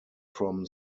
from